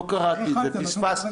לא קראתי את זה, פספסתי.